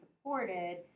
supported